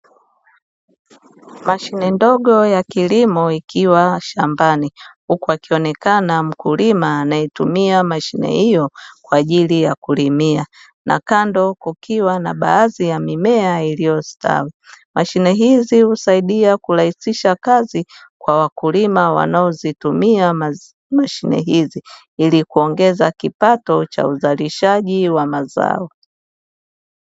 Mashine ndogo ya kilimo ikiwa shambani, huku akionekana mkulima anayetumia mashine hiyo kwa ajili ya kulimia na kando kukiwa na baadhi ya mimea iliyostawi, mashine hizi husaidia kurahisisha kazi kwa wakulima wanaozitumia mashine hizi ili kuongeza kipato cha uzalishaji wa mazao.